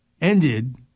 ended